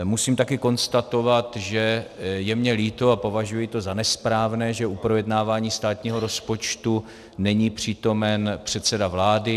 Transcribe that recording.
Musím také konstatovat, že je mi líto, a považuji to za nesprávné, že u projednávání státního rozpočtu není přítomen předseda vlády.